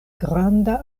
granda